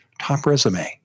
topresume